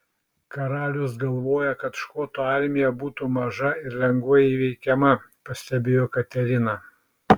karalius galvoja kad škotų armija būtų maža ir lengvai įveikiama pastebėjo katerina